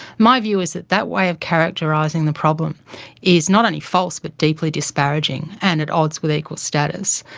my view is that that way of characterizing the problem is not only false, but deeply disparaging and at odds with equal status.